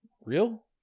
real